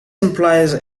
implies